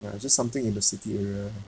ya just something in the city area